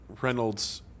Reynolds